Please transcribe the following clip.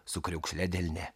su kriaukšle delne